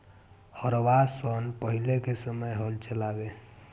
हरवाह सन पहिले के समय हल चलावें